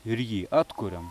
ir jį atkuriam